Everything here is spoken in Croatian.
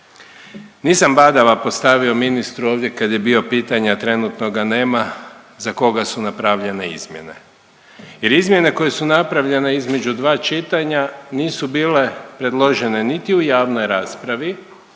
Nisam badava postavio ministru ovdje kad je bio pitanje, a trenutno ga nema, za koga su napravljene izmjene jer izmjene koje su napravljene između dva čitanja nisu bile predložene niti u javnoj raspravi